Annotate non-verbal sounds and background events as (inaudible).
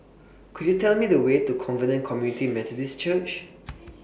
Could YOU Tell Me The Way to Covenant Community Methodist Church (noise)